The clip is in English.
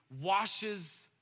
washes